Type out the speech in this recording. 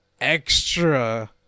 extra